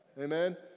Amen